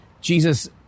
Jesus